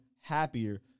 happier